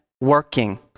working